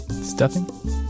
Stuffing